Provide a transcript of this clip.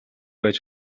ээж